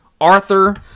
Arthur